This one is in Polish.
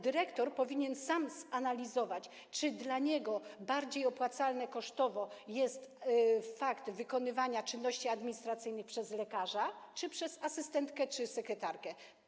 Dyrektor powinien sam zanalizować, czy dla niego bardziej opłacalne kosztowo jest wykonywanie czynności administracyjnych przez lekarza niż wykonywanie ich przez asystentkę czy sekretarkę.